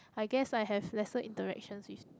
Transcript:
I guess I have lesser interactions with